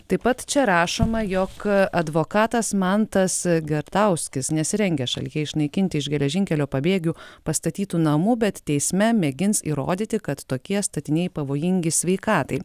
taip pat čia rašoma jog advokatas mantas gerdauskis nesirengia šalyje išnaikinti iš geležinkelio pabėgių pastatytų namų bet teisme mėgins įrodyti kad tokie statiniai pavojingi sveikatai